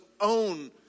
own